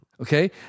Okay